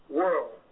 world